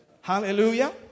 Hallelujah